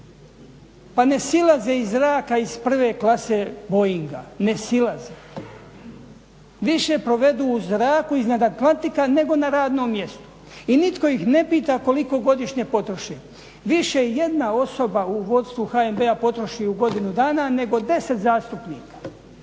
pa ne silaze iz zraka iz prve klase Boeinga, ne silaze. Više provedu u zraku iznad Atlantika nego na radnom mjestu i nitko ih ne pita koliko godišnje potroše, više jedna osoba u vodstvu HNB-a potroši u godinu dana nego 10 zastupnika,